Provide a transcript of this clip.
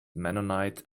mennonite